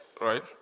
Right